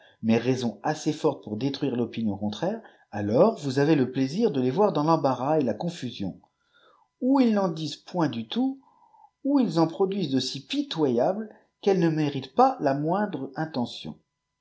mais raisons assez fortes pour détruire l'opmion contraire alors vous avez le plaisir de les voir dans l'embayras et la confusion ou ils n'en disent point du tout ou ils en produisent de si pitoyables qu'elles ne méritent pas la floindre intention